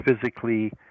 physically